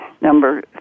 Number